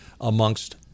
amongst